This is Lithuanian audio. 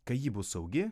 kai ji bus saugi